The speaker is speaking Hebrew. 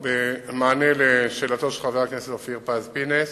במענה לשאלתו של חבר הכנסת אופיר פז-פינס,